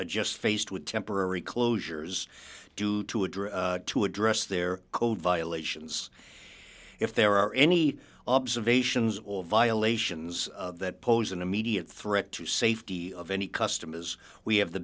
are just faced with temporary closures due to address to address their code violations if there are any observations or violations that pose an immediate threat to safety of any customer as we have the